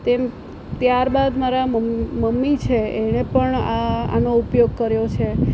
તેમ ત્યારબાદ મારા મમ્મ મમ્મી છે એણે પણ આ આનો ઉપયોગ કર્યો છે